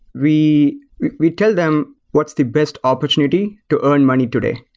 we we tell them what's the best opportunity to earn money today.